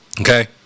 Okay